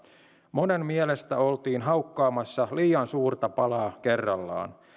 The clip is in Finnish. monen mielestä oltiin haukkaamassa liian suurta palaa kerrallaan